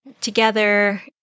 together